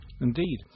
Indeed